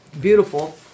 Beautiful